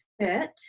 fit